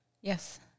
Yes